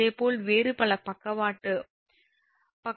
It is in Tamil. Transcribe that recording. இதேபோல் வேறு பல பக்கவாட்டுகளும் இருக்கலாம்